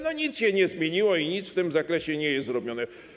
Nic się nie zmieniło, nic w tym zakresie nie jest robione.